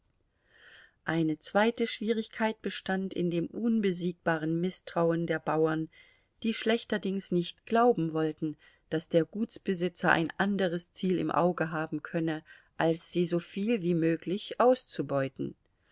eine zweite schwierigkeit bestand in dem unbesiegbaren mißtrauen der bauern die schlechterdings nicht glauben wollten daß der gutsbesitzer ein anderes ziel im auge haben könne als sie soviel wie möglich auszubeuten